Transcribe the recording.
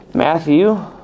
Matthew